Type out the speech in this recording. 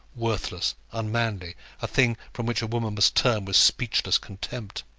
worthless, unmanly a thing from which a woman must turn with speechless contempt!